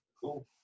cool